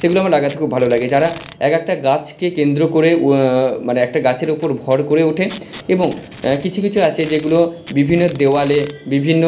সেগুলো আমার লাগাতে খুব ভালো লাগে যারা একেকটা গাছকে কেন্দ্র করে মানে একটা গাছের ওপর ভর করে ওঠে এবং কিছু কিছু আছে যেগুলো বিভিন্ন দেওয়ালে বিভিন্ন